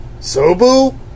Sobu